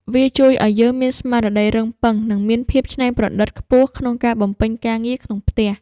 វាជួយឱ្យយើងមានស្មារតីរឹងប៉ឹង និងមានភាពច្នៃប្រឌិតខ្ពស់ក្នុងការបំពេញការងារក្នុងផ្ទះ។